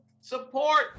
support